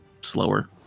slower